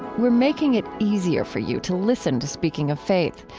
we're making it easier for you to listen to speaking of faith.